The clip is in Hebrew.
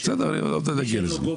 בסדר אני לא רוצה להגיע לזה.